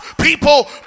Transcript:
people